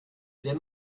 wenn